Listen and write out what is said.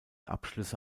abschlüsse